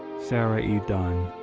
sarah e. dunne.